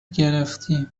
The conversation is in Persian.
گرفتی